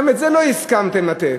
גם את זה לא הסכמתם לתת.